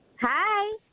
Hi